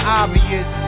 obvious